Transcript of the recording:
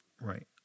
Right